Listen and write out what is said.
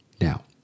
Now